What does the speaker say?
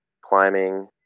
climbing